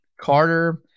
carter